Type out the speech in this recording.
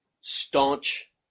staunch